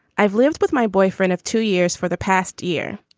i've lived with my boyfriend of two years for the past year.